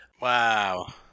Wow